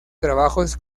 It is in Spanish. trabajos